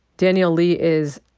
daniel lee is,